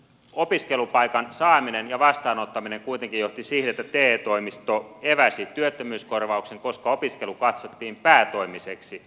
opiskelupaikan saaminen ja vastaanottaminen kuitenkin johtivat siihen että te toimisto eväsi työttömyyskorvauksen koska opiskelu katsottiin päätoimiseksi